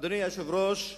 אדוני היושב-ראש,